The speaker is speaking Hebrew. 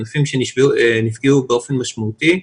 ענפים שנפגעו באופן משמעותי.